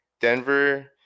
Denver